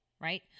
right